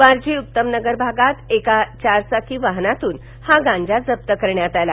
वारजे उत्तमनगर भागात एका चार चाकी वाहनातून हा गांजा जप्त करण्यात आला